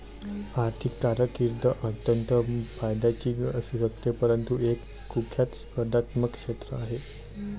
आर्थिक कारकीर्द अत्यंत फायद्याची असू शकते परंतु हे एक कुख्यात स्पर्धात्मक क्षेत्र आहे